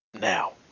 now